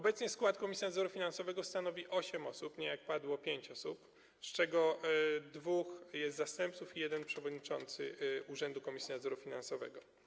Obecnie skład Komisji Nadzoru Finansowego stanowi osiem osób, nie - jak padło - pięć osób, z czego jest dwóch zastępców i jeden przewodniczący Urzędu Komisji Nadzoru Finansowego.